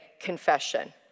confession